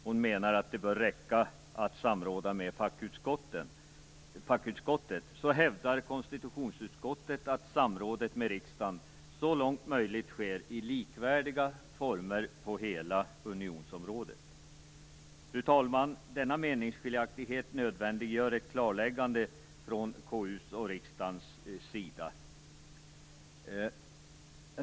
Hon har menat att det bör räcka att samråda med fackutskottet. Konstitutionsutskottet hävdar dock att samrådet med riksdagen så långt möjligt skall ske i likvärdiga former på hela unionsområdet. Fru talman! Denna meningsskiljaktighet nödvändiggör ett klarläggande från KU:s och riksdagens sida.